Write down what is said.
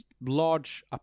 large